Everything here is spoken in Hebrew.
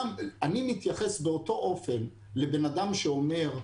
אני מתייחס באותו אופן לאדם שאומר,